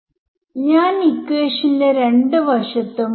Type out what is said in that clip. നമ്മൾ വേവിനെ സ്പേസിൽനിലനിർത്തും